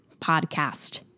Podcast